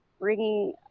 bringing